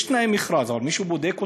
יש תנאי מכרז, אבל מישהו בודק אותה?